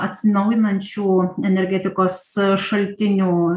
atsinaujinančių energetikos šaltinių